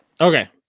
okay